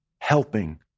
helping